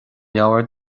leabhar